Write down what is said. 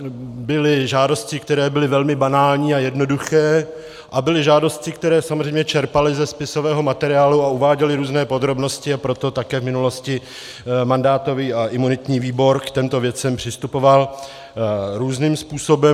Byly žádosti, které byly velmi banální a jednoduché, a byly žádosti, které samozřejmě čerpaly ze spisového materiálu a uváděly různé podrobnosti, a proto také v minulosti mandátový a imunitní výbor k těmto věcem přistupoval různým způsobem.